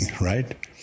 right